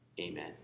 Amen